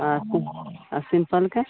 अच्छा आ सिंपलके